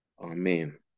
amen